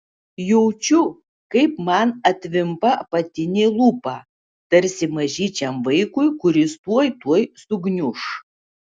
jaučiu kaip man atvimpa apatinė lūpa tarsi mažyčiam vaikui kuris tuo tuoj sugniuš